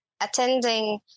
attending